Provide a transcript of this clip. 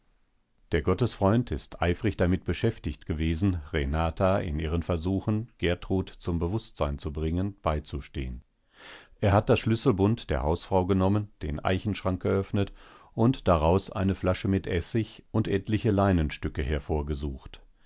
der gottesfreund ist eifrig damit beschäftigt gewesen renata in ihren versuchen gertrud zum bewußtsein zu bringen beizustehen er hat das schlüsselbund der hausfrau bekommen den eichenschrank geöffnet und daraus eine flasche mit essig und etliche leinenstücke hervorgesucht